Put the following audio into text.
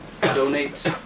donate